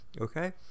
Okay